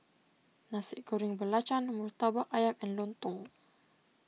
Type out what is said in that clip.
Nasi Goreng Belacan Murtabak Ayam and Lontong